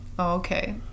okay